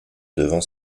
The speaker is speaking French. devant